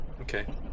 Okay